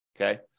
okay